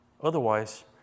Otherwise